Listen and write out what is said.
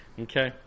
okay